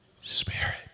spirit